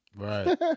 right